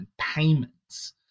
payments